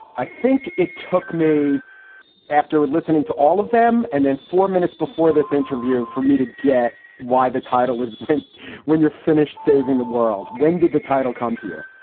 i think it took me after listening to all of them and then four minutes before this interview for me to get why the title is when when you're finished saving the world. when did the title come to you?